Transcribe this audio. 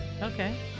Okay